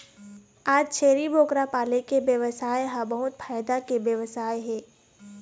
आज छेरी बोकरा पाले के बेवसाय ह बहुत फायदा के बेवसाय हे